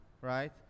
right